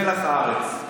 מלח הארץ,